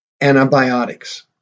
antibiotics